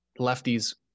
lefties